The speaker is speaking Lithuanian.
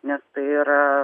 nes tai yra